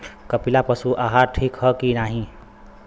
कपिला पशु आहार ठीक ह कि नाही?